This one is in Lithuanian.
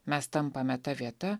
mes tampame ta vieta